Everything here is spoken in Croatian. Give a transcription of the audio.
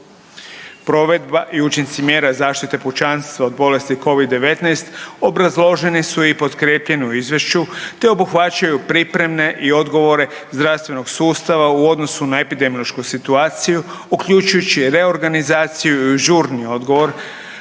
Provedba i učinci mjera zaštite pučanstva od bolesti Covid-19 obrazložene su i potkrijepljene u izvješću, te obuhvaćaju pripremne i odgovore zdravstvenog sustava u odnosu na epidemiološku situaciju uključujući reorganizaciju i žurni odgovor,